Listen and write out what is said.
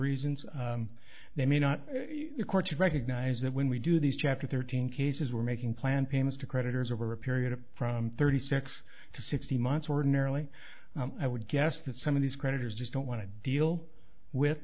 reasons they may not use courts recognize that when we do these chapter thirteen cases we're making plan payments to creditors over a period of from thirty six to sixty months ordinarily i would guess that some of these creditors just don't want to deal with